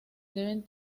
deben